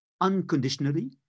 unconditionally